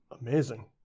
Amazing